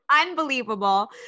unbelievable